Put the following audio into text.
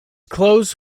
clothes